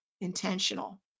intentional